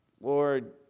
Lord